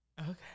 Okay